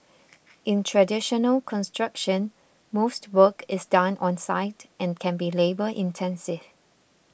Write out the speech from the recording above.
in traditional construction most work is done on site and can be labour intensive